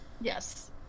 Yes